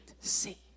see